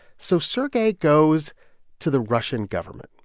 so sergei goes to the russian government.